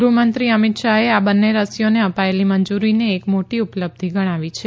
ગૃહમંત્રી અમીત શાહે આ બંને રસીઓને અપાયેલી મંજુરીને એક મોટી ઉપલબ્ધી ગણાવી છે